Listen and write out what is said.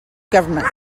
government